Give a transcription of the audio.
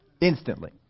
Instantly